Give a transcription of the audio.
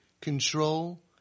control